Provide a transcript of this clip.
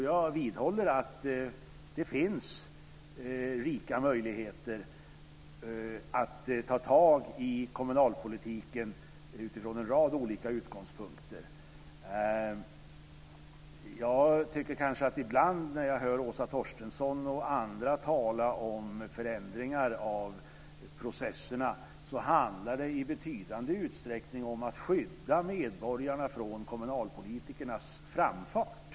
Jag vidhåller att det finns rika möjligheter att ta tag i kommunalpolitiken utifrån en rad olika utgångspunkter. Jag tycker ibland när jag hör Åsa Torstensson och andra tala om förändringar av processerna att det i betydande utsträckning handlar om att skydda medborgarna från kommunalpolitikernas framfart.